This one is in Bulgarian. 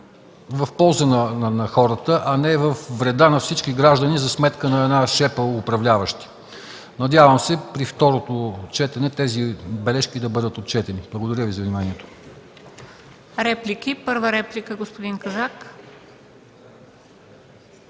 в полза на хората, а не във вреда на всички граждани за сметка на шепа управляващи. Надявам се при второто четене тези бележки да бъдат отчетени. Благодаря Ви за вниманието.